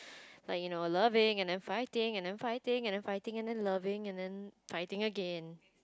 like you know loving and then fighting and then fighting and then fighting and then loving and then fighting again